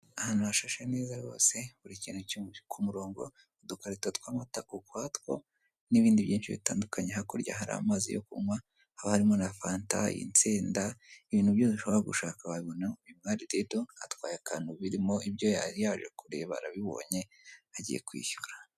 Ahantu hashashe neza rwose buri kintu kiri ku murongo, udukarito tw'amata ukwatwo n'ibindi byinshi bitandukanye, hakurya hari amazi yo kunywa haba harimo na fanta, insenda, ibintu byose ushobora gushaka wabibona, uyu mwari rero atwaye akantu birimo ibyo yari yaje kureba yabibonye agiye kwishyura.